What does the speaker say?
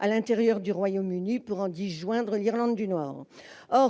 à l'intérieur du Royaume-Uni pour en disjoindre l'Irlande du Nord.